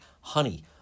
honey